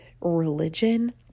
religion